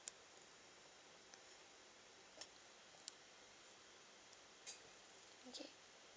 okay